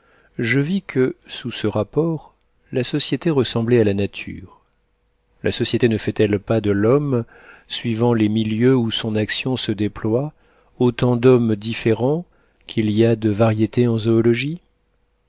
je vis que sous ce rapport la société ressemblait à la nature la société ne fait-elle pas de l'homme suivant les milieux où son action se déploie autant d'hommes différents qu'il y a de variétés en zoologie